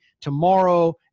tomorrow